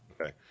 Okay